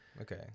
Okay